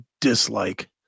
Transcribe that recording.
dislike